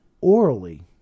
orally